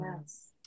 Yes